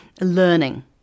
learning